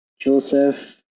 Joseph